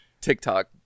TikTok